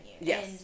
Yes